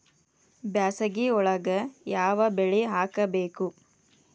ಬ್ಯಾಸಗಿ ಒಳಗ ಯಾವ ಬೆಳಿ ಹಾಕಬೇಕು?